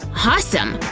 awesome!